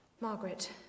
Margaret